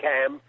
Cam